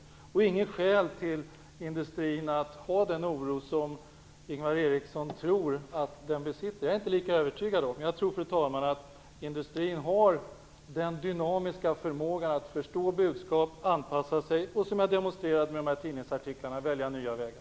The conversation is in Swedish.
Det finns inget skäl för industrin att hysa den oro som Ingvar Eriksson tror att den gör. Jag är inte lika övertygad om det. Jag tror att industrin har en dynamisk förmåga att förstå budskap, anpassa sig och - som jag demonstrerade med de här tidningsartiklarna - välja nya vägar.